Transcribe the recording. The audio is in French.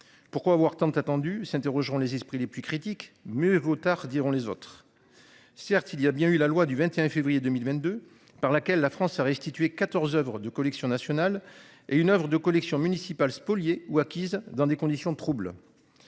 Pourquoi avoir tant attendu s'interrogeront les esprits les plus critiques. Mieux vaut tard diront les autres. Certes il y a bien eu la loi du 21 février 2022 par laquelle la France a restitué 14 Oeuvres de collections nationales et une oeuvre de collections municipales spoliés ou acquise dans des conditions troubles.